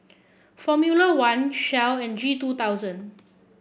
Formula One Shell and G two thousand